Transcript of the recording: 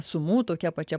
sumų tokia pačia